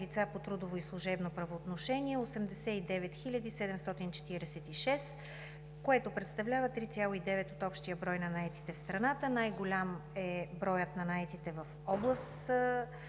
по трудово и служебно правоотношение е 89 746, което представлява 3,9 от общия брой на наетите в страната. Най-голям е броят на наетите в област